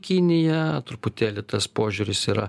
kiniją truputėlį tas požiūris yra